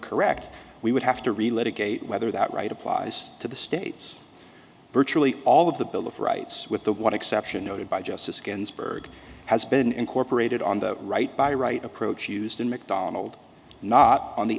correct we would have to relate a gate whether that right applies to the states virtually all of the bill of rights with the one exception noted by justice ginsburg has been incorporated on the right by right approach used in mcdonald not on the